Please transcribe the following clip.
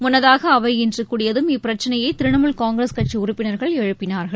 முன்னதாக அவை இன்று கூடியதும் இப்பிரச்சினையை திரணமுல் காங்கிரஸ் கட்சி உறுப்பினர்கள் எழுப்பினார்கள்